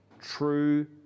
true